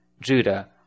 Judah